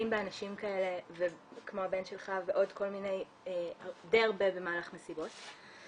באנשים כמו הבן שלך ועוד כל מיני די הרבה במהלך מסיבות.